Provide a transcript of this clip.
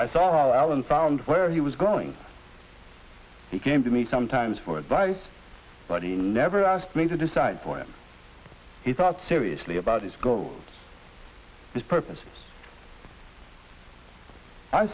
i saw alan found where he was going he came to me sometimes for advice but he never asked me to decide for him he thought seriously about his goal this purpose i